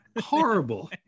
horrible